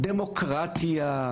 דמוקרטיה,